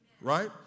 Right